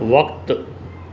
वक़्तु